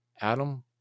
Adam